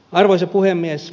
arvoisa puhemies